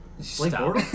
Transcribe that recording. Stop